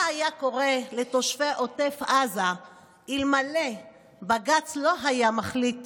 מה היה קורה לתושבי עוטף עזה אלמלא בג"ץ היה מחליט